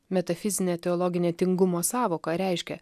metafizinė teologinė tingumo sąvoka reiškia